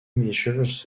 measures